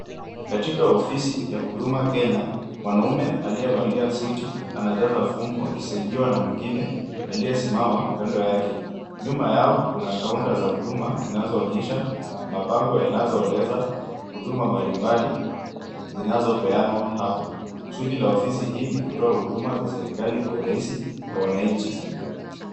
Katika ofisi ya Huduma Kenya, mwanaume aliyevalia suti anajaza fomu akisaidiwa na mwengine aliyesimama kando yake. Nyuma yao kuna kaunta za huduma zinazoonyesha mabango yanazoeleza huduma mbalimbali zinazopeanwa hapo. Kusudi ya ofisi hii ni kutoa huduma za serikali kwa urahisi kwa wananchi.